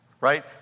right